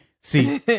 See